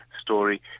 story